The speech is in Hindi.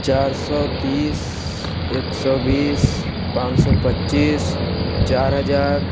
चार सौ तीस एक सौ बीस पाँच सौ पच्चीस चार हज़ार